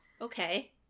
Okay